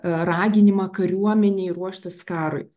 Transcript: raginimą kariuomenei ruoštis karui